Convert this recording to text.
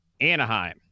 Anaheim